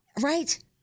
Right